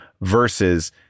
versus